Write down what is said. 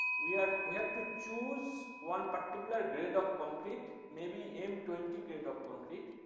we have we have to choose one particular grade of concrete may be m twenty grade of concrete.